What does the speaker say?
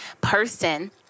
person